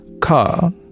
car